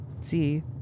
see